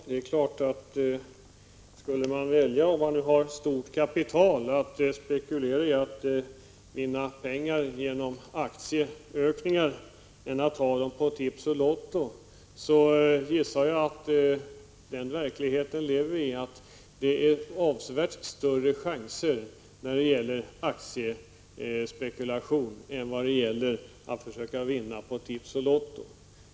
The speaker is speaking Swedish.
Herr talman! Jag tror att om den som har ett stort kapital att spekulera med står i valet mellan att satsa på att vinna på aktier och att satsa på att vinna på tips eller lotto, bedömer han det så att det är avsevärt större chanser att vinna på aktiespekulation än på tips och lotto.